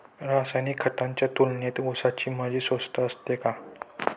रासायनिक खतांच्या तुलनेत ऊसाची मळी स्वस्त असते का?